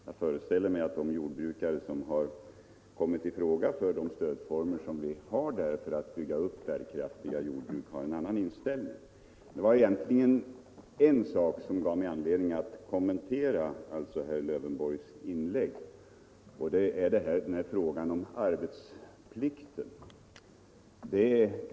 Jag föreställer mig att de jordbrukare som har kommit i fråga för de stödformer vi har för att bygga upp bärkraftiga jordbruk har en annan inställning. Det var egentligen en sak som gav mig anledning att kommentera herr Lövenborgs inlägg, nämligen frågan om arbetsplikten.